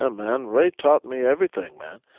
ah man, ray taught me everything, man.